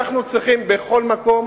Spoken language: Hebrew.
אנחנו צריכים בכל מקום